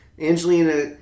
Angelina